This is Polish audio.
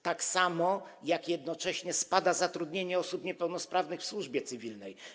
Tak samo, jak jednocześnie spada zatrudnienie osób niepełnosprawnych w służbie cywilnej.